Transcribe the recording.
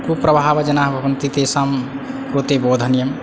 कुप्रभावजनाः भवन्ति तेषां कृते बोधनीयं